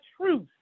truth